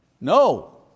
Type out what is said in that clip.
No